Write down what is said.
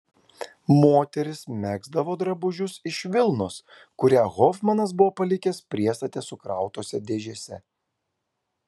moterys megzdavo drabužius iš vilnos kurią hofmanas buvo palikęs priestate sukrautose dėžėse